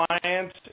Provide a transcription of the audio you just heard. clients